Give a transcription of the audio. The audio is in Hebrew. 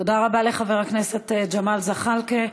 תודה רבה לחבר הכנסת ג'מאל זחאלקה.